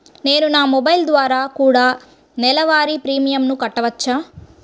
నేను నా మొబైల్ ద్వారా కూడ నెల వారి ప్రీమియంను కట్టావచ్చా?